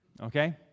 okay